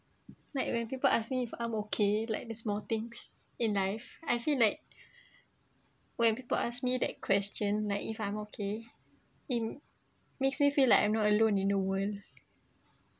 like when people ask me if I'm okay like the small things in life I feel like when people ask me that question like if I'm okay it makes me feel like I'm not alone in the world